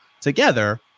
together